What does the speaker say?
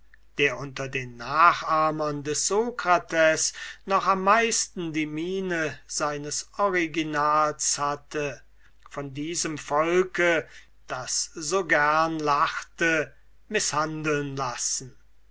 der unter den nachahmern des sokrates noch am meisten die miene seines originals hatte von diesem volke das so gerne lachte mißhandeln lassen